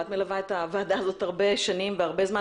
ואת מלווה את הוועדה הזאת הרבה שנים והרבה זמן